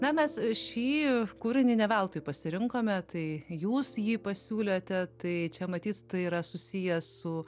na mes šį kūrinį ne veltui pasirinkome tai jūs jį pasiūlėte tai čia matyt tai yra susiję su